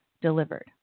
delivered